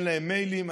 אין להם מיילים,